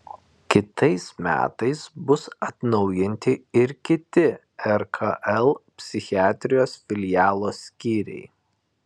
kitais metais bus atnaujinti ir kiti rkl psichiatrijos filialo skyriai